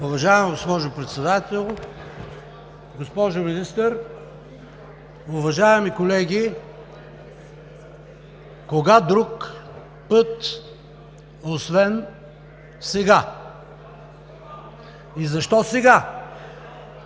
Уважаема госпожо Председател, госпожо Министър, уважаеми колеги! Кога друг път, освен сега? И защо сега?